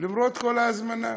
למרות כל ההזמנה?